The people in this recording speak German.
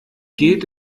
geht